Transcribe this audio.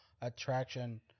attraction